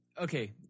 okay